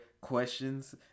questions